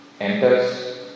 enters